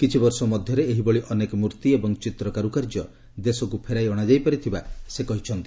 କିଛି ବର୍ଷ ମଧ୍ୟରେ ଏହିଭଳି ଅନେକ ମୂର୍ତ୍ତି ଏବଂ ଚିତ୍ର କାରୁକାର୍ଯ୍ୟ ଦେଶକୁ ଫେରାଇ ଅଣାଯାଇପାରିଥିବା ସେ କହିଛନ୍ତି